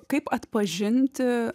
kaip atpažinti